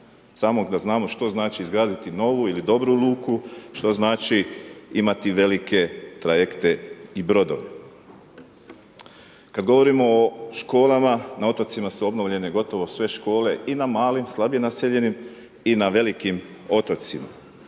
Samo da znamo što znači izgraditi novu ili dobru luku, što znači imati velike trajekte i brodove. Kad govorimo o školama, na otocima su obnovljene gotovo sve škole i na malim slabije naseljenim i na velikim otocima.